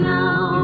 Now